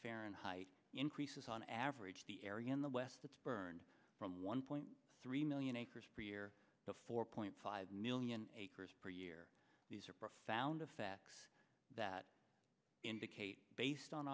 fahrenheit increases on average the area in the west that's burned from one point three million acres per year to four point five million acres per year these are profound effects that indicate based on